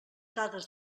dades